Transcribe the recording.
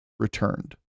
returned